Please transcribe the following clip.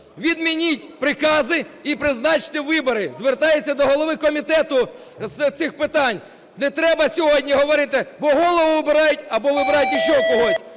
відмініть прикази і призначте вибори. Звертаюся до голови комітету з цих питань. Не треба сьогодні говорити: або голову обирають, або обирають ще когось.